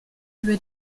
über